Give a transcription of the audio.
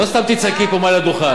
לא סתם תצעקי פה מכל הדוכן.